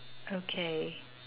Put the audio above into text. okay